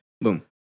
Boom